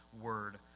Word